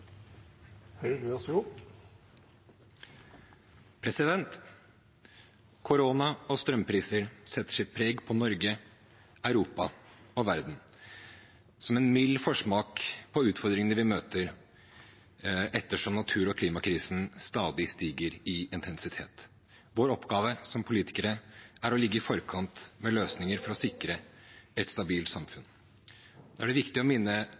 Korona og strømpriser setter sitt preg på Norge, Europa og verden, som en mild forsmak på de utfordringene vi møter etter som natur- og klimakrisen stadig stiger i intensitet. Vår oppgave som politikere er å ligge i forkant med løsninger for å sikre et stabilt samfunn. Da er det viktig å minne